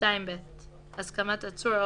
העצור או